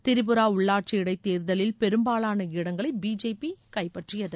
திரிபுரா உள்ளாட்சி இடைத் தேர்தலில் பெரும்பாலான இடங்களை பிஜேபி கைப்பற்றியது